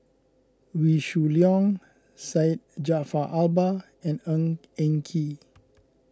Wee Shoo Leong Syed Jaafar Albar and Ng Eng Kee